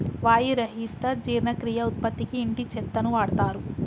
వాయి రహిత జీర్ణక్రియ ఉత్పత్తికి ఇంటి చెత్తను వాడుతారు